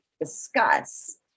discuss